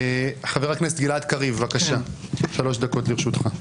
חבר הכנסת גלעד קריב, בבקשה, שלוש דקות לרשותך.